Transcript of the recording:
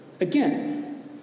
Again